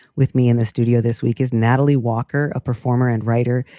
with me in the studio this week is natalie walker, a performer and writer.